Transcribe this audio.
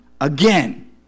again